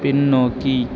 பின்னோக்கி